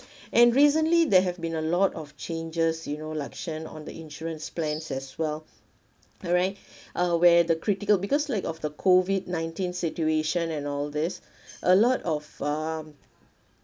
and recently there have been a lot of changes you know lakshen on the insurance plans as well alright uh where the critical because like of the COVID-nineteen situation and all this a lot of um